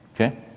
okay